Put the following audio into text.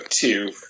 two